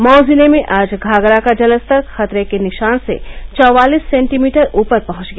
मऊ जिले में आज घाघरा का जलस्तर खतरे के निशान से चौवालिस सेंटीमीटर ऊपर पहुंच गया